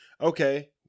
Okay